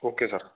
okay sir